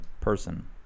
person